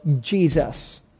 Jesus